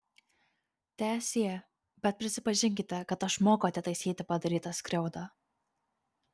teesie bet prisipažinkite kad aš moku atitaisyti padarytą skriaudą